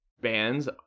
bands